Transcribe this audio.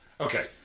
Okay